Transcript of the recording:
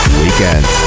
weekend